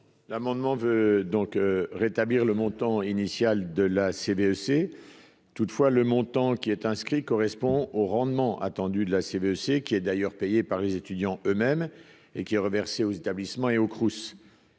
L'amendement veut donc rétablir le montant initial de la CDEC toutefois le montant qui est inscrit correspond au rendement attendu de la CBC, qui est d'ailleurs payé par les étudiants eux-mêmes et qui est reversée aux établissements et aux Crous.